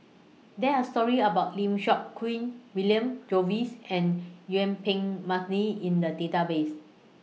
There Are stories about Lim Seok Hui William Jervois and Yuen Peng Mcneice in The Database